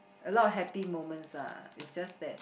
a lot of happy moments lah it's just that